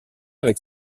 avec